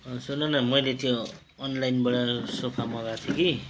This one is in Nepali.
सुनन मैले त्यो अनलाइनबाट सोफा मगाएको थिएँ कि